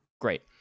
great